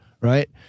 right